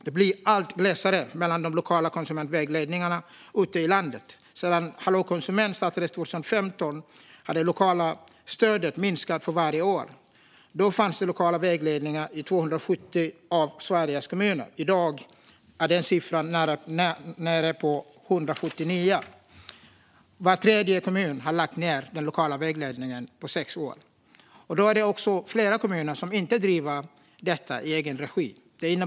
Det blir allt glesare mellan de lokala konsumentvägledningarna ute i landet. Sedan Hallå konsument startades 2015 har det lokala stödet minskat för varje år. Då fanns det lokal vägledning i 270 av Sveriges kommuner. I dag är den siffran nere på 179. På sex år har var tredje kommun lagt ned den lokala vägledningen. Det är också flera kommuner som inte driver detta i egen regi.